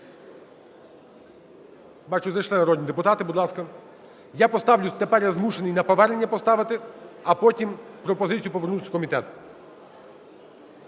(бачу зайшли народні депутати, будь ласка), я поставлю, тепер я змушений на повернення поставити, а потім пропозицію повернути в комітет.